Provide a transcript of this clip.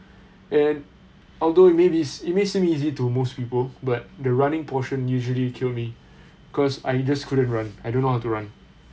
and although it may be it it may seem easy to most people but the running portion usually kill me cause I just couldn't run I don't know how to run